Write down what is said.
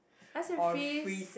ice and freeze